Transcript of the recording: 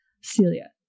Celia